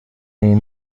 این